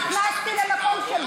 אני מצטער.